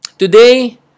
Today